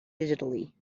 digitally